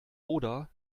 oder